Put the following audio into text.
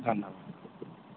धन्यवादः